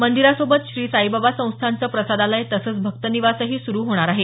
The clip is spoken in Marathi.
मंदिरासोबत श्री साईबाबा संस्थानचं प्रसादालय तसंच भक्तनिवासही सुरु होणार आहे